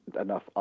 enough